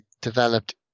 developed